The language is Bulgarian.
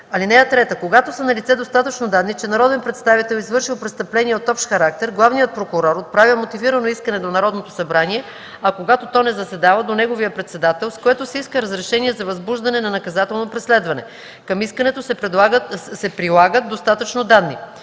(3) Когато са налице достатъчно данни, че народен представител е извършил престъпление от общ характер, главният прокурор отправя мотивирано искане до Народното събрание, а когато то не заседава – до неговия председател, с което се иска разрешение за възбуждане на наказателно преследване. Към искането се прилагат достатъчно данни.